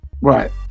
right